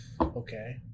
Okay